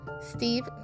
Steve